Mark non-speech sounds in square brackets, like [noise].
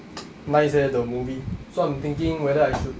[noise] nice eh the movie so I'm thinking whether I should